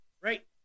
Right